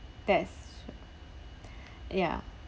that's ya